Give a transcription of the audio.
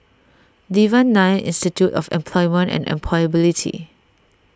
Devan Nair Institute of Employment and Employability